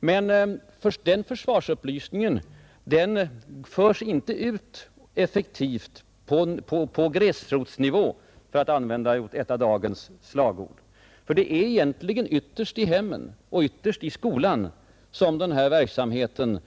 Men den försvarsupplysningen förs inte ut effektivt på gräsrotsnivå — för att här använda ett av dagens slagord. Egentligen är det ytterst i hemmen och i skolan som informationsverksamheten